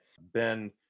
Ben